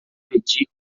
pedir